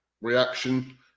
reaction